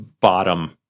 bottom